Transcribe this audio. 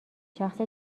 شخص